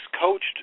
coached